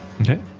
Okay